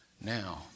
Now